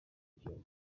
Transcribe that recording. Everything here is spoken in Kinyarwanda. kiyovu